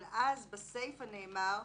אבל אז בסיפא נאמר: